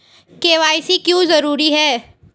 KYC क्यों जरूरी है?